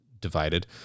divided